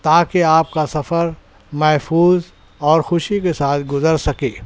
تاکہ آپ کا سفر محفوظ اور خوشی کے ساتھ گزر سکے